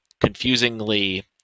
confusingly